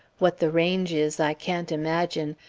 what the range is i can't imagine,